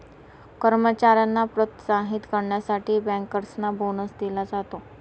कर्मचाऱ्यांना प्रोत्साहित करण्यासाठी बँकर्सना बोनस दिला जातो